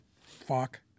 Fuck